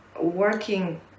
working